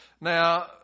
Now